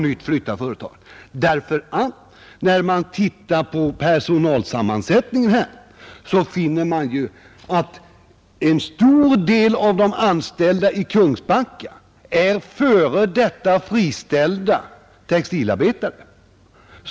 När man tittar på personalsammansättningen finner man nämligen att en stor del av de anställda i Kungsbacka är f. d. friställda textilarbetare.